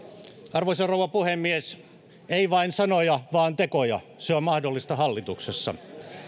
arvoisa rouva puhemies ei vain sanoja vaan tekoja se on mahdollista hallituksessa